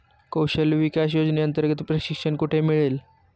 कौशल्य विकास योजनेअंतर्गत प्रशिक्षण कुठे मिळेल?